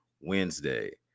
Wednesday